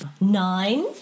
Nine